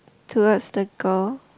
towards the girl